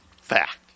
Fact